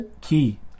Key